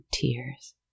tears